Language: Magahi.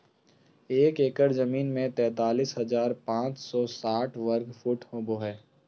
एक एकड़ जमीन में तैंतालीस हजार पांच सौ साठ वर्ग फुट होबो हइ